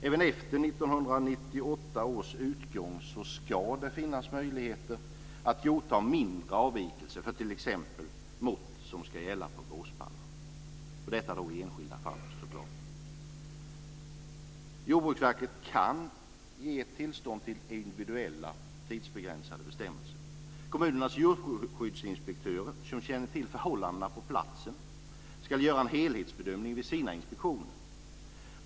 Även efter 1998 års utgång ska det finnas möjligheter att godta mindre avvikelser för t.ex. mått som ska gälla för båspallar, i enskilda fall. Jordbruksverket kan ge tillstånd till individuella tidsbegränsade bestämmelser. Kommunernas djurskyddsinspektörer, som känner till förhållandena på platsen, ska göra en helhetsbedömning vid sina inspektioner.